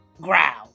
growl